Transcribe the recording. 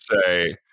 say